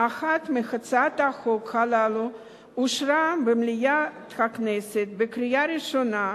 אחת מהצעות החוק הללו אושרה במליאת הכנסת בקריאה ראשונה,